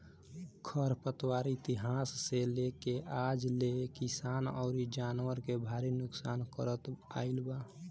खर पतवार इतिहास से लेके आज ले किसान अउरी जानवर के भारी नुकसान करत आईल बा